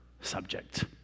subject